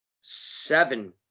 Seven